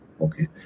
Okay